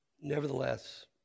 Nevertheless